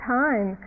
time